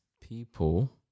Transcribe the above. people